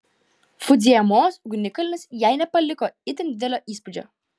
fudzijamos ugnikalnis jai nepaliko itin didelio įspūdžio